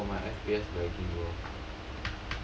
ah bro my F_P_S lagging bro